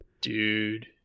dude